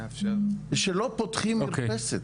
שלא פותחים מרפסת.